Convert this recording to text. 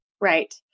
Right